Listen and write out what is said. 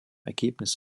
ergebnis